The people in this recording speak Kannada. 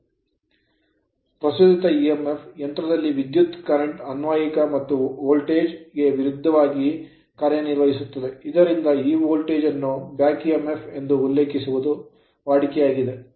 ಪ್ರಚೋದಿತ EMF ಯಂತ್ರದಲ್ಲಿನ ವಿದ್ಯುತ್ current ಕರೆಂಟ್ ಅನ್ವಯಿಕ ಮತ್ತು ವೋಲ್ಟೇಜ್ ಗೆ ವಿರೋಧವಾಗಿ ಕಾರ್ಯನಿರ್ವಹಿಸುತ್ತದೆ ಇದರಿಂದ ಈ ವೋಲ್ಟೇಜ್ ಅನ್ನು ಬ್ಯಾಕ್ ಎಮ್ಫ್ ಎಂದು ಉಲ್ಲೇಖಿಸುವುದು ವಾಡಿಕೆಯಾಗಿದೆ